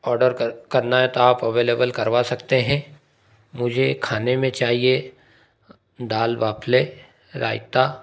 order करना है तो आप अवेलेबल करवा सकते हैं मुझे खाने में चाहिए दाल वाफ़ले रायता